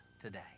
today